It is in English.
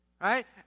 right